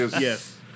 Yes